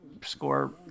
score